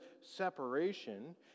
separation